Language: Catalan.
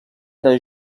era